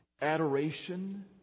adoration